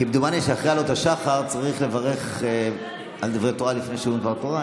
כמדומני שאחרי עלות השחר צריך לברך על דברי תורה לפני שאומרים דבר תורה,